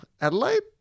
Adelaide